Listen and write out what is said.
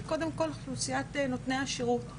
זו קודם כל אוכלוסיית נותני השירות,